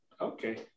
Okay